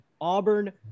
Auburn